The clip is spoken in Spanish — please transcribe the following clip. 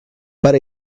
para